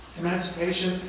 emancipation